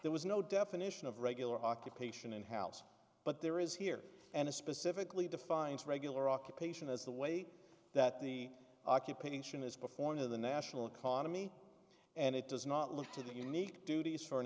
there was no definition of regular occupation and house but there is here and it specifically defines regular occupation as the way that the occupation is performed in the national economy and it does not look to the unique duties for an